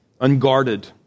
Unguarded